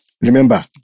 Remember